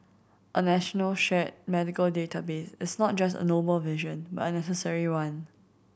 a national shared medical database is not just a noble vision but a necessary one